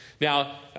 Now